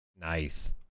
Nice